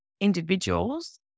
individuals